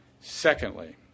Secondly